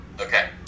Okay